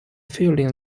feeling